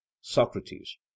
socrates